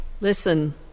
Listen